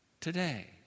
today